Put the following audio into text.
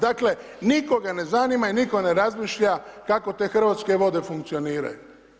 Dakle nikoga ne zanima i nitko ne razmišlja kako te Hrvatske vode funkcioniraju.